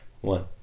One